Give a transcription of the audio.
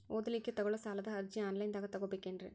ಓದಲಿಕ್ಕೆ ತಗೊಳ್ಳೋ ಸಾಲದ ಅರ್ಜಿ ಆನ್ಲೈನ್ದಾಗ ತಗೊಬೇಕೇನ್ರಿ?